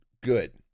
good